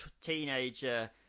teenager